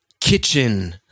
kitchen